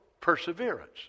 perseverance